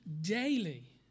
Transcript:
daily